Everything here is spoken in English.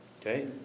Okay